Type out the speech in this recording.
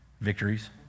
victories